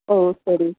ஓ சரி